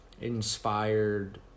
inspired